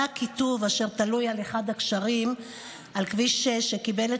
זה הכיתוב אשר תלוי על אחד הגשרים על כביש 6 שקיבל את